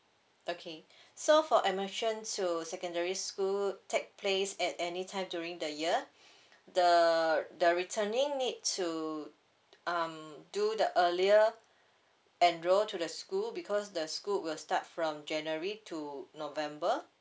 okay so for admission to secondary school take place at any time during the year the the returning need to um do the earlier enroll to the school because the school will start from january to november